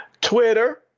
Twitter